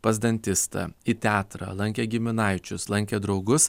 pas dantistą į teatrą lankė giminaičius lankė draugus